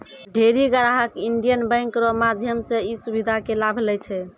ढेरी ग्राहक Indian Bank रो माध्यम से ई सुविधा के लाभ लै छै